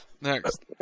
Next